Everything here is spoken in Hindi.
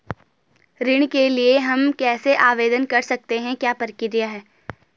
ऋण के लिए हम कैसे आवेदन कर सकते हैं क्या प्रक्रिया है?